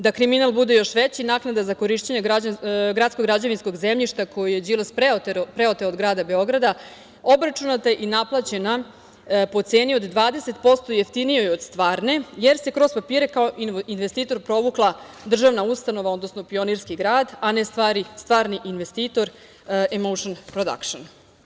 Da kriminal bude još veći, naknada za korišćenje gradskog građevinskog zemljišta koje je Đilas preoteo od grada Beograda obračunata je i naplaćena po ceni od 20% jeftinijoj od stvarne, jer se kroz papire kao investitor provukla državna ustanova, odnosno Pionirski grad, a ne stvarni investitor „Emoušn prodakšn“